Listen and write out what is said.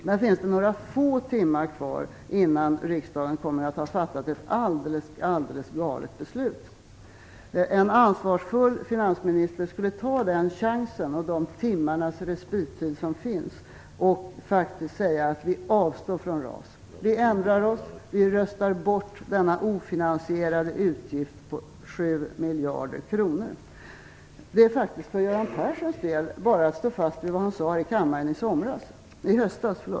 Det är några få timmar kvar innan riksdagen kommer att ha fattat ett alldeles galet beslut. En ansvarsfull finansminister skulle ta chansen och de timmmar respittid som finns och säga: Vi avstår från RAS. Vi ändrar oss och röstar bort denna ofinansierade utgift på 7 miljarder kronor. Det är faktiskt för Göran Perssons del bara att stå fast vid vad han sade i kammaren i höstas.